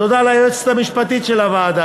תודה ליועצת המשפטית של הוועדה,